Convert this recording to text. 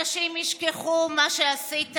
אנשים ישכחו את מה שעשית,